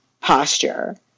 posture